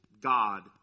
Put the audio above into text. God